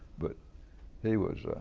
but he was